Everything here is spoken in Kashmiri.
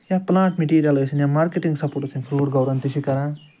یا پُلانٛٹ مِٹیٖرل ٲسِن یا مارکیٹِنٛگ سپورٹٕس یا فروٗٹ گرورن تہِ چھِ کَران